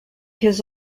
has